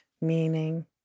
meaning